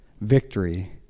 victory